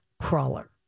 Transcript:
crawler